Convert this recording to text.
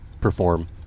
perform